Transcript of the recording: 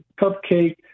cupcake